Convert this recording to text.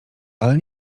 ale